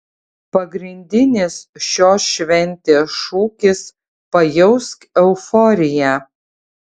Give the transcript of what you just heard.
pagrindinis šios šventės šūkis pajausk euforiją